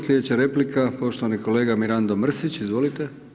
Slijedeća replika, poštovani kolega Mirando Mrsić, izvolite.